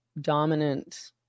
dominant